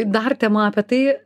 dar tema apie tai